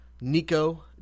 Nico